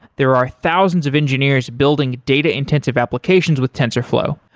there are thousands of engineers building data-intensive applications with tensorflow,